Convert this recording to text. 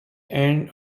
end